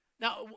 Now